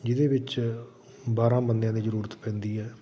ਜਿਹਦੇ ਵਿੱਚ ਬਾਰਾਂ ਬੰਦਿਆਂ ਦੀ ਜ਼ਰੂਰਤ ਪੈਂਦੀ ਹੈ